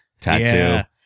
tattoo